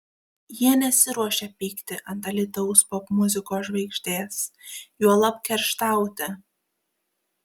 jie nesiruošia pykti ant alytaus popmuzikos žvaigždės juolab kerštauti